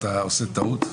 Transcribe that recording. אתה עושה טעות,